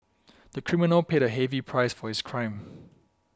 the criminal paid a heavy price for his crime